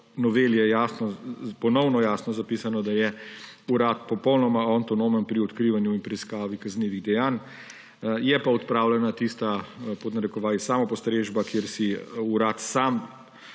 noveli je ponovno jasno zapisano, da je urad popolnoma avtonomen pri odkrivanju in preiskavi kaznivih dejanj, je pa odpravljena tista, pod narekovaji, samopostrežba, kjer si urad sam